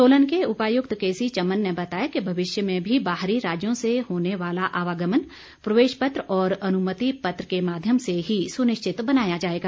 सोलन के उपायुक्त केसी चमन ने बताया कि भविष्य में भी बाहरी राज्यों से होने वाला आवागमन प्रवेश पत्र और अनुमति पत्र के माध्यम से ही सुनिश्चित बनाया जाएगा